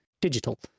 digital